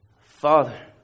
Father